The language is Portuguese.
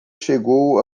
chegou